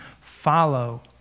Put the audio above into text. Follow